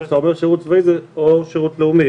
כשאתה אומר שירות צבאי זה או שירות לאומי,